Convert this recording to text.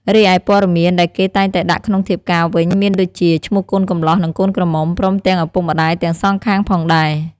រីឯព័ត៌មានដែលគេតែងតែដាក់ក្នុងធៀបការវិញ មានដូចជា ឈ្មោះកូនកម្លោះ និងកូនក្រមុំ ព្រមទាំងឪពុកម្ដាយទាំងសងខាងផងដែរ។